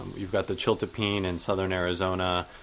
you've got the chiltepin in southern arizona,